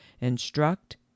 instruct